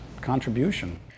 contribution